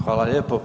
Hvala lijepo.